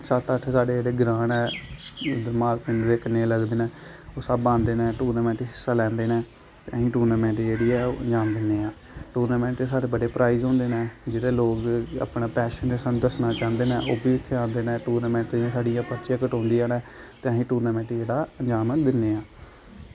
सत्त अट्ठ साढ़े जेह्ड़े ग्रांऽ न माह्ल पिंड दे कन्नै लगदे न ओह् सब आंदे न टूर्नामैंट ते हिस्सा लैंदे न ते अस टूर्नामैंट जेह्ड़ी ऐ अंजाम दिन्ने आं टूर्नामैंट गी साढ़ै बड्डे प्राईज़ होंदे न जेह्ड़े लोग अपना पैशन सानूं दस्सना चाह्ंदे न ओह् बी उत्थै आंदे न टूर्नामैंट च साढ़ियैं गै पर्चियां कटोंदियां न चे अस टूर्नामैंट गी इंजाम जेह्ड़ा दिन्ने आं